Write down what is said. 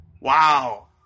Wow